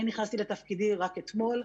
אני נכנסתי לתפקידי רק אתמול,